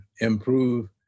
improve